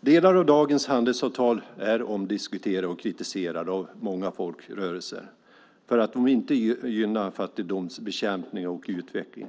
Delar av dagens handelsavtal är omdiskuterade och kritiserade av många folkrörelser för att inte gynna fattigdomsbekämpning och utveckling.